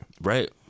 Right